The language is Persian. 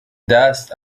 دست